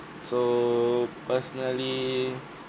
so personally